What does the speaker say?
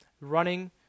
Running